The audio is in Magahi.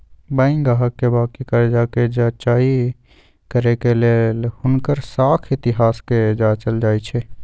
बैंक गाहक के बाकि कर्जा कें जचाई करे के लेल हुनकर साख इतिहास के जाचल जाइ छइ